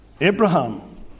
Abraham